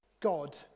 God